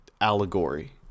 allegory